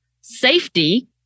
safety